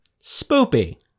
Spoopy